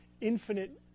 infinite